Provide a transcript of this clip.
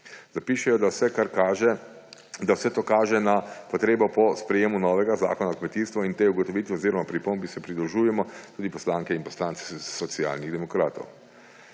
Zapišejo, da se vse to kaže na potrebo po sprejetju novega zakona o kmetijstvu in tej ugotovitvi oziroma pripombi se pridružujemo tudi poslanke in poslanci Socialnih demokratov.